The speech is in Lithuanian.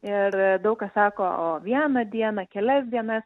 ir daug kas sako vieną dieną kelias dienas